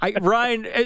Ryan